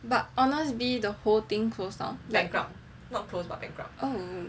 but Honestbee the whole thing closed down